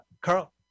Carl